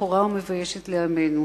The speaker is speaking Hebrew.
שחורה ומביישת לעמנו.